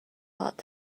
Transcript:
thought